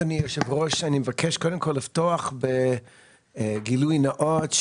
אני מבקש לפתוח בגילוי נאות.